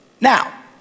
Now